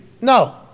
no